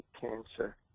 cancer